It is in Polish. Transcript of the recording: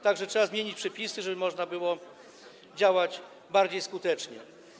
Tak że trzeba zmienić przepisy, żeby można było działać bardziej skutecznie.